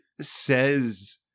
says-